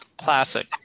Classic